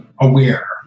aware